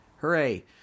Hooray